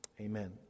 amen